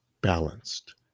balanced